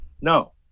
no